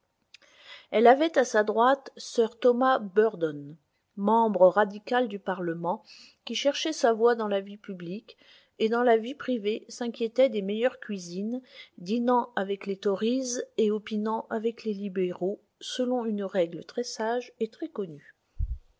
elle avait à sa droite sir thomas burdon membre radical du parlement qui cherchait sa voie dans la vie publique et dans la vie privée s'inquiétait des meilleures cuisines dînant avec les tories et opinant avec les libéraux selon une règle très sage et